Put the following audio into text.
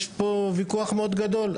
יש פה ויכוח מאוד גדול,